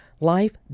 Life